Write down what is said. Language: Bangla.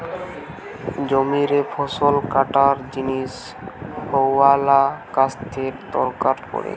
জমিরে ফসল কাটার জিনে হাতওয়ালা কাস্তের দরকার পড়ে